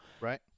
Right